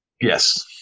Yes